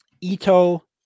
Ito